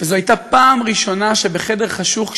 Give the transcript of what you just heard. וזו הייתה פעם ראשונה שבחדר חשוך,